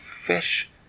fish